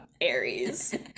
aries